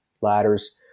ladders